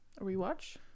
rewatch